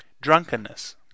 Drunkenness